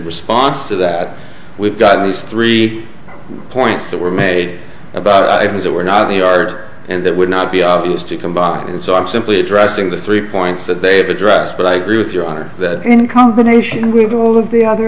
response to that we've got these three points that were made about items that were not the art and that would not be obvious to combine and so i'm simply addressing the three points that they have addressed but i agree with your honor that in combination with all of the other